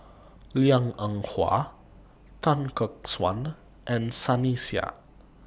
Liang Eng Hwa Tan Gek Suan and Sunny Sia